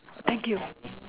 thank you